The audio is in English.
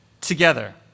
together